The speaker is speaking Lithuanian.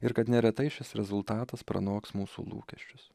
ir kad neretai šis rezultatas pranoks mūsų lūkesčius